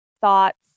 thoughts